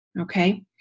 okay